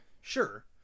Sure